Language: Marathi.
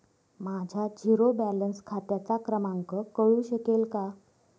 माझ्या झिरो बॅलन्स खात्याचा क्रमांक कळू शकेल का?